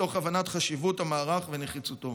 מתוך הבנת חשיבות המערך ונחיצותו.